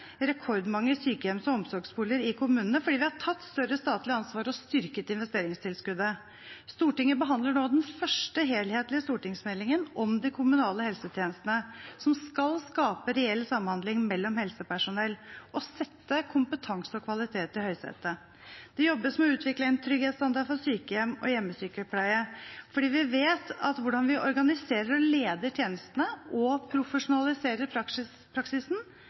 rekordmange sykehjemsplasser og omsorgsboliger i kommunene fordi vi har tatt større statlig ansvar og styrket investeringstilskuddet. Stortinget behandler nå den første helhetlige stortingsmeldingen om de kommunale helsetjenestene, som skal skape reell samhandling mellom helsepersonell og sette kompetanse og kvalitet i høysetet. Det jobbes med å utvikle en trygghetsstandard for sykehjem og hjemmesykepleie, for vi vet at hvordan vi organiserer og leder tjenestene og profesjonaliserer praksisen,